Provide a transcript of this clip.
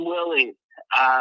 Willie